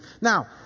Now